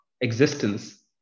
existence